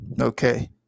Okay